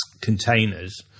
containers